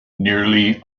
nearly